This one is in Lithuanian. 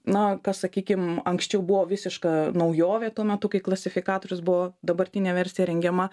na kas sakykim anksčiau buvo visiška naujovė tuo metu kai klasifikatorius buvo dabartinė versija rengiama